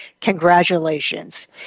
congratulations